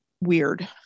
Weird